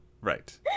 Right